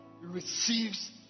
Receives